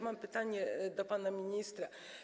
Mam pytanie do pana ministra.